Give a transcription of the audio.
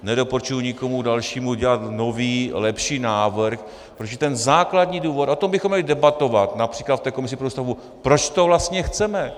Nedoporučuji nikomu dalšímu dělat nový, lepší návrh, protože ten základní důvod, a to bychom měli debatovat například v komisi pro Ústavu, je, proč to vlastně chceme.